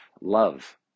love